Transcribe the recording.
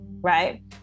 right